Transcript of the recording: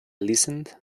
listened